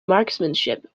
marksmanship